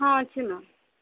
ହଁ ଅଛି ମ୍ୟାମ୍